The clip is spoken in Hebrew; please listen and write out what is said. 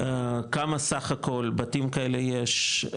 כמה סך הכול בתים כאלה יש,